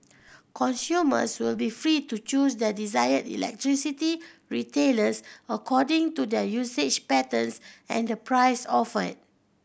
consumers will be free to choose their desired electricity retailers according to their usage patterns and the price offered